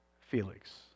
Felix